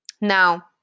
Now